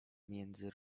między